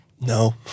No